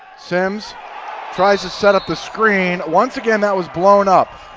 simms tries to set up the screen. once again that was blown up.